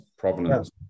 provenance